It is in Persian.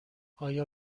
آیا